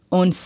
on